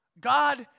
God